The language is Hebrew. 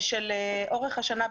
לאורך השנה,